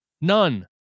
None